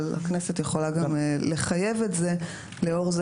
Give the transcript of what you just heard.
אבל הכנסת יכולה גם לחייב את זה לאור זה